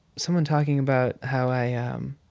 someone talking about how i um